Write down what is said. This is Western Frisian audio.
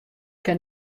kin